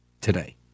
today